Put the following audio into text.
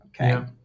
Okay